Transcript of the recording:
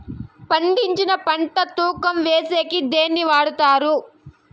పండించిన పంట తూకం వేసేకి దేన్ని వాడతారు?